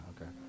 okay